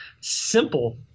simple